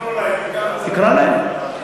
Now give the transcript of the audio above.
צריך לקרוא להם, כי ככה זה, תקרא להם.